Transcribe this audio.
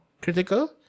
critical